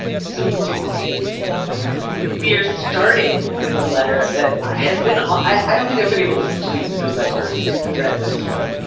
some doozies we are starting with a letter that has been i don't think i've been able to sleep since i first read this one.